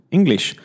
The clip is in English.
English